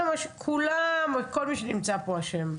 כל מי שנמצא פה אשם.